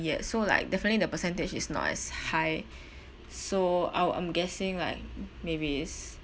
yet so like definitely the percentage is not as high so I'll I'm guessing like maybe is